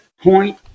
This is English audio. point